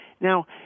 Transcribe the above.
Now